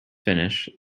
finish